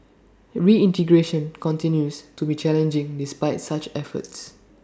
reintegration continues to be challenging despite such efforts